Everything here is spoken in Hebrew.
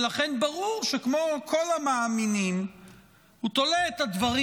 ולכן ברור שכמו כל המאמינים הוא תולה את הדברים